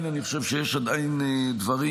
יש עדיין דברים,